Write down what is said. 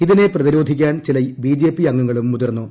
ഇതിനെ പ്രതിരോധി ക്കാൻ ചില ബിജെപി അംഗങ്ങളും മുതിർന്നു